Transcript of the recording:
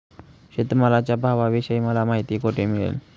शेतमालाच्या भावाविषयी मला माहिती कोठे मिळेल?